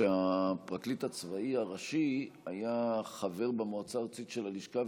שהפרקליט הצבאי הראשי היה חבר במועצה הארצית של הלשכה,